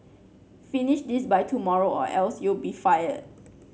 finish this by tomorrow or else you'll be fired